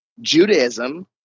Judaism